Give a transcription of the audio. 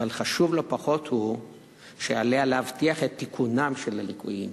אבל חשוב לא פחות הוא שעליה להבטיח את תיקונם של הליקויים.